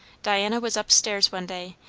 diana was up-stairs one day,